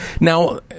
Now